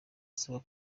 asabwa